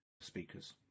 speakers